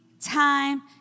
time